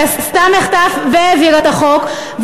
היא עשתה מחטף והעבירה את החוק,